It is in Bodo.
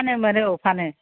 फानोमोन औ फानो